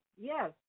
Yes